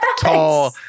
Tall